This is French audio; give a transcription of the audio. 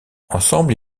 ensemble